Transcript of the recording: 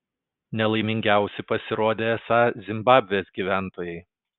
nelaimingiausi pasirodė esą zimbabvės gyventojai